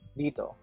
dito